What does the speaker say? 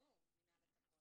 אנחונו נתקשר אליו.